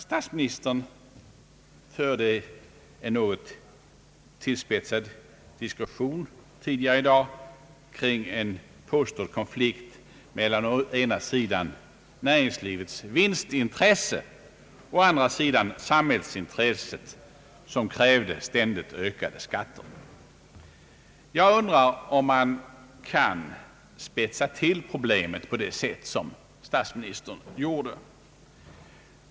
Statsministern förde en något tillspetsad diskussion tidigare i dag kring en påstådd konflikt mellan å ena sidan näringslivets vinstintresse och å andra sidan samhällsintresset, som kräver ständigt ökade skatter. Jag undrar om man kan spetsa till problemet på det sätt som statsministern gjorde.